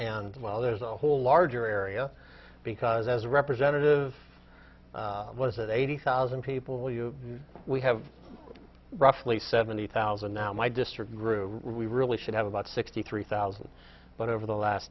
and well there's a whole larger area because as a representative was it eighty thousand people you know we have roughly seventy thousand now my district grew really should have about sixty three thousand but over the last